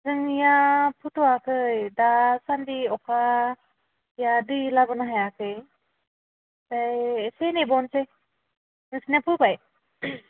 जोंनिया फोथ'वाखै दासान्दि अखा गैया दै लाबोनो हायाखै ओमफ्राय इसे नेबावनोसै नोंसोरनिया फोबाय